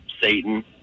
Satan